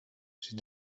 she